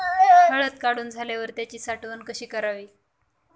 हळद काढून झाल्यावर त्याची साठवण कशी करावी?